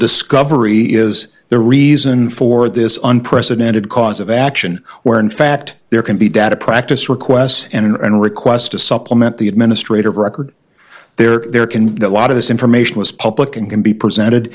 discovery is the reason for this unprecedented cause of action where in fact there can be data practice requests and requests to supplement the administrative record there there can be a lot of this information is public and can be presented